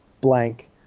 blank